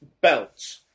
belt